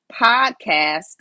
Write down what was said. podcast